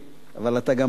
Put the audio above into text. אבל אתה גם לולן,